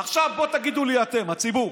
עכשיו בואו תגידו לי אתם, הציבור: